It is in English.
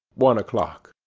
one o'clock.